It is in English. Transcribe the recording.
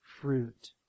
fruit